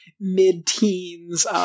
mid-teens